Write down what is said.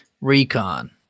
Recon